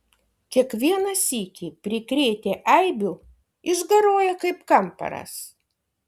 kiekvieną sykį prikrėtę eibių išgaruoja kaip kamparas